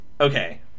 okay